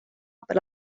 per